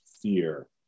fear